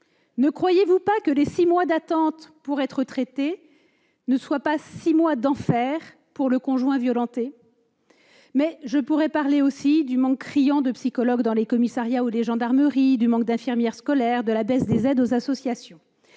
Ne croyez-vous pas que les six mois d'attente pour être traité sont six mois d'enfer pour le conjoint ? Je pourrais aussi parler du manque criant de psychologues dans les commissariats ou dans les gendarmeries, du manque d'infirmières scolaires ou encore de la baisse des aides aux associations.